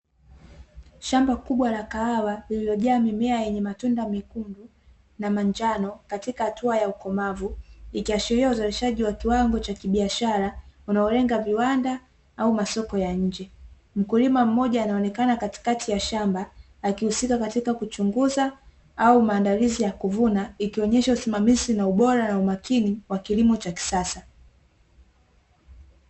Shamba kubwa la kahawa, lililojaa mimea yenye matunda mekundu na manjano katika hatua ya ukomavu. Ikiashiria uzalishaji wa kiwango cha kibiashara, unaolenga viwanda au masoko ya nje. Mkulima mmoja anaonekana katikati ya shamba, akihusika katika kuchunguza au maandalizi ya kuvuna, ikionyesha usimamizi, na ubora na umakini wa kilimo cha kisasa.